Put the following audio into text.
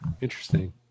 Interesting